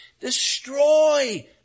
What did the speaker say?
destroy